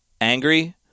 angry